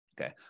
Okay